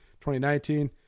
2019